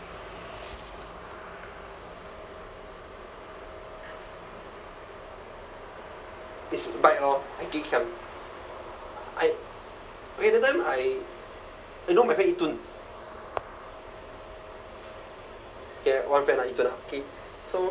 is bike lor I geh kiang I okay that time I you know my friend yitun okay one friend ah yitun ah okay so